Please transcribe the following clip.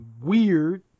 weird